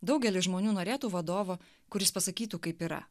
daugelis žmonių norėtų vadovo kuris pasakytų kaip yra